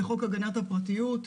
לחוק הגנת הפרטיות.